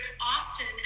often